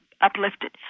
uplifted